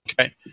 Okay